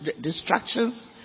distractions